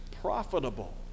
profitable